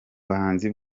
buhanzi